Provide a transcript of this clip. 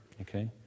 okay